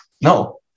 no